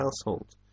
household